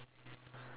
ya